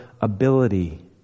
ability